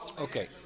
Okay